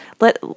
let